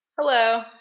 Hello